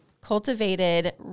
cultivated